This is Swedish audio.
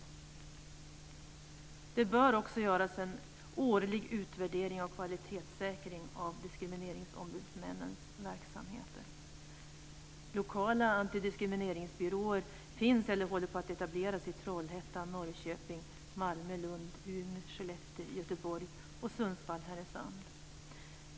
Det bör också göras en årlig utvärdering av kvalitetssäkring av diskrimineringsombudsmännens verksamheter. Lokala antidiskrimineringsbyråer finns eller håller på att etableras i Trollhättan, Norrköping, Malmö, Härnösand.